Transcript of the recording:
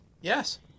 Yes